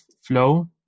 flow